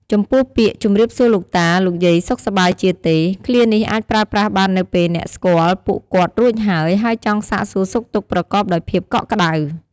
ចំពោះពាក្យ"ជម្រាបសួរលោកតា លោកយាយ សុខសប្បាយជាទេ?" ឃ្លានេះអាចប្រើប្រាស់បាននៅពេលអ្នកស្គាល់ពួកគាត់រួចហើយ ហើយចង់សាកសួរសុខទុក្ខប្រកបដោយភាពកក់ក្ដៅ។